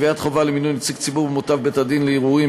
קביעת חובה למנות נציג ציבור במותב בית-הדין לערעורים